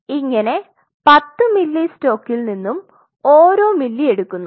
ഇങ്ങനെ 10 മില്ലി സ്റ്റോക്കിൽ നിന്നും ഓരോ മില്ലി എടുക്കുന്നു